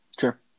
Sure